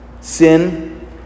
sin